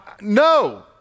no